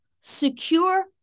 secure